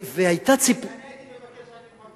אני הייתי מבקש רק למחוק